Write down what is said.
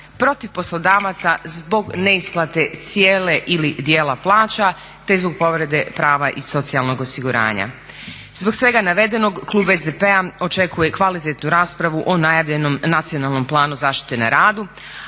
protiv poslodavaca zbog neisplate cijele ili dijela plaća, te zbog povrede prava iz socijalnog osiguranja. Zbog svega navedenog klub SDP-a očekuje kvalitetnu raspravu o najavljenom Nacionalnom planu zaštite na radu,